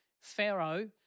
Pharaoh